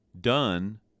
done